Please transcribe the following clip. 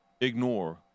ignore